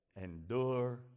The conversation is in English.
endure